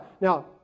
Now